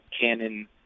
Canon